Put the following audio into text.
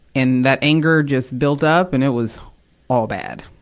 and that anger just built up, and it was all bad.